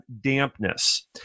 dampness